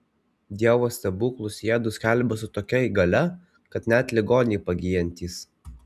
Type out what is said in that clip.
dievo stebuklus jiedu skelbią su tokia galia kad net ligoniai pagyjantys